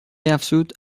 افزود